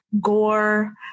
gore